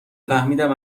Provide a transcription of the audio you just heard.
فهمیدم